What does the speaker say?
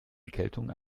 erkältung